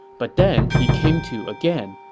but then he came to again,